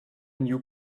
new